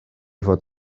fod